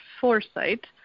foresight